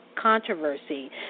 controversy